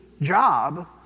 job